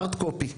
הארד-קופי.